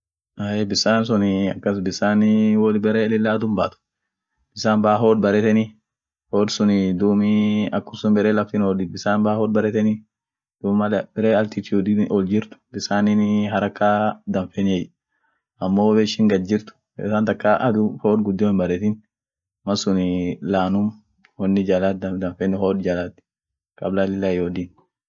bisaan sunii bisan wo lila bare adun baatu, bisaan baa hood bareteeni, hood suniii baa barw laftin hoodit bare Altituudin oljirt ,haraka danfenie amo woishin gad jirt mal adun taka hinyaabetin laanum hood jalaat danfeni kabla lila ihoodin